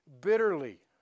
bitterly